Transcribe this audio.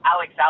Alex